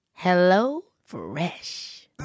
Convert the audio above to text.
HelloFresh